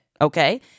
Okay